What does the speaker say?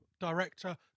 director